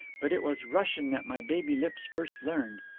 but it was russian that my baby lips first learned.